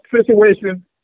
situation